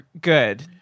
good